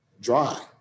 dry